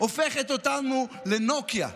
הופכת אותנו לנוקיה.